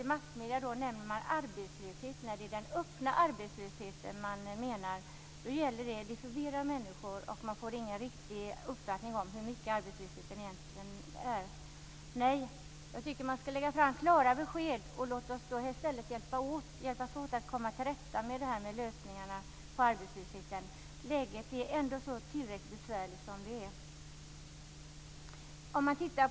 I massmedierna talar man om arbetslöshet när det är den öppna arbetslösheten man menar. Det förvirrar människor, och man får ingen riktig uppfattning om hur stor arbetslösheten egentligen är. Nej, jag tycker att man skall lägga fram klara besked. Låt oss i stället hjälpas åt att komma till rätta med lösningarna på arbetslöshetsproblemet. Läget är ändå tillräckligt besvärligt som det är.